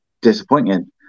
disappointing